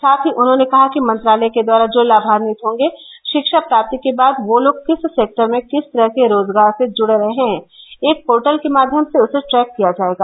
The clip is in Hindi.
साथ ही उन्होंने कहा कि मंत्रालय के द्वारा जो लाभान्वित होंगे षिक्षा प्राप्ति के बाद वो लोग किस सेक्टर में किस तरह के रोजगार से जुड़ रहे हैं एक पोर्टल के माध्यम से उसे ट्रैक किया जायेगा